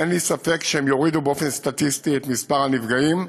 אין לי ספק שהן יורידו באופן סטטיסטי את מספר הנפגעים,